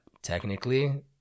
Technically